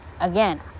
Again